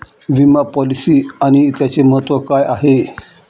विमा पॉलिसी आणि त्याचे महत्व काय आहे?